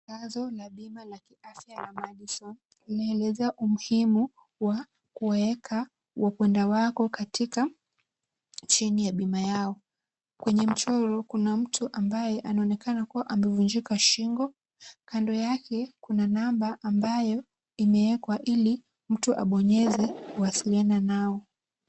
Tangazo la bima la kiafya la Madison. Linaelezea umuhimu wa kuwaeka wapendwa wako katika chini ya bima yao. Kwenye mchoro kuna mtu ambaye anaonekana kuwa amevunjika shingo. Kando yake kuna number ambayo imewekwa, ili mtu abonyeze kuwasiliana nao.